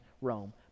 Rome